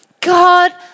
God